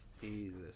Jesus